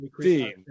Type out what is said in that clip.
Dean